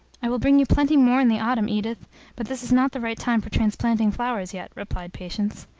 i will bring you plenty more in the autumn, edith but this is not the right time for transplanting flowers yet, replied patience.